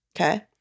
Okay